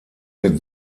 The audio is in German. mit